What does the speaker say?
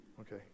okay